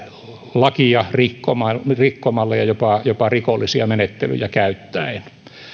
lakia rikkomalla rikkomalla ja jopa jopa rikollisia menettelyjä käyttäen